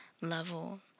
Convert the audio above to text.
level